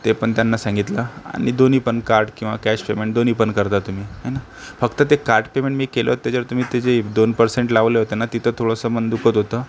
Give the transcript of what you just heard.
ते पण त्यांना सांगितलं आणि दोन्ही पण कार्ड किंवा कॅश पेमेंट दोन्ही पण करता तुम्ही आहे ना फक्त ते कार्ड पेमेंट मी केलं होतं त्याच्यावर तुम्ही त्याचे दोन परसेंट लावले होते ना तिथं थोडंसं मन दुखत होतं